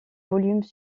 volumes